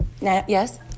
Yes